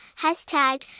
hashtag